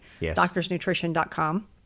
doctorsnutrition.com